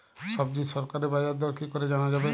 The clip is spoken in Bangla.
সবজির সরকারি বাজার দর কি করে জানা যাবে?